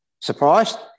Surprised